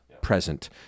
present